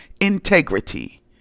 integrity